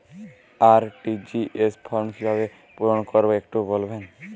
RTGS form কিভাবে পূরণ করবো একটু বলবেন?